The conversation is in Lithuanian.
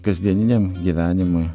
kasdieniniam gyvenimui